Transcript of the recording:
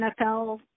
NFL